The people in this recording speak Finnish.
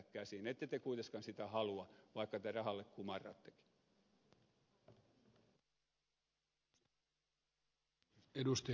ette te kuitenkaan sitä halua vaikka te rahalle kumarrattekin